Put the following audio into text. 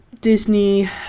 Disney